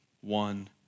one